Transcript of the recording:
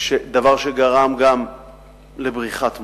דבר שגרם גם לבריחת מוחות.